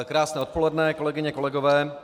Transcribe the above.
Krásné odpoledne, kolegyně, kolegové.